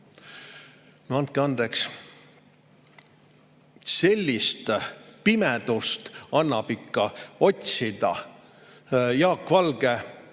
No andke andeks, sellist pimedust annab ikka otsida! Jaak Valge,